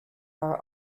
are